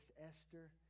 Esther